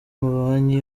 mabanki